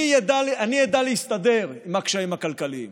אני אדע להסתדר עם הקשיים הכלכליים,